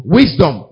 wisdom